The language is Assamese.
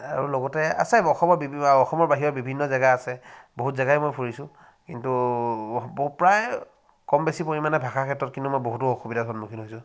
আৰু লগতে আছে অসমৰ বিভি অসমৰ বাহিৰৰ বিভিন্ন জেগা আছে বহুত জেগাই মই ফুৰিছোঁ কিন্তু প্ৰায় কম বেছি পৰিমাণে ভাষাৰ ক্ষেত্ৰত কিন্তু মই বহুতো অসুবিধাৰ সন্মুখীন হৈছোঁ